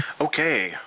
Okay